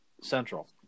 Central